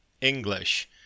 English